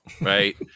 right